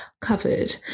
covered